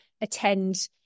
attend